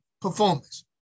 performance